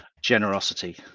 generosity